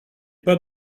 pas